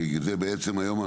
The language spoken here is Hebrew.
כי זה בעצם היום,